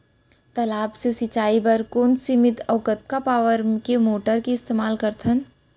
तालाब से सिंचाई बर कोन सीमित अऊ कतका पावर के मोटर के इस्तेमाल करथन?